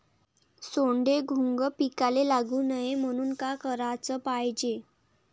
सोंडे, घुंग पिकाले लागू नये म्हनून का कराच पायजे?